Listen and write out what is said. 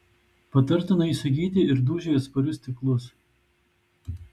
patartina įsigyti ir dūžiui atsparius stiklus